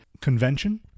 convention